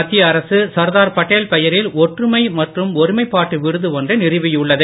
மத்திய அரசு சர்தார் பட்டேல் பெயரில் ஒற்றுமை மற்றும் ஒருமைப்பாட்டு விருது ஒன்றை நிறுவியுள்ளது